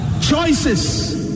Choices